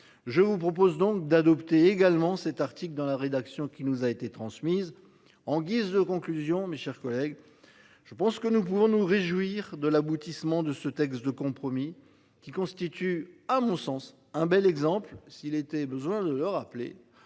Je vous propose donc d'adopter également cet article dans la rédaction qui nous a été transmise en guise de conclusion, mes chers collègues, je pense que nous pouvons nous réjouir de l'aboutissement de ce texte de compromis qui constitue, à mon sens un bel exemple. S'il était besoin de le rappeler.